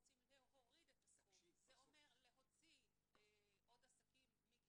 הסעיף תוקן והוסיף המשפט שזה רק לגבי בתי עסק שמספק